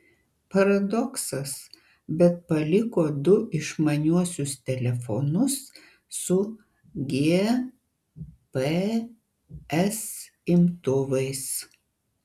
paradoksas bet paliko du išmaniuosius telefonus su gps imtuvais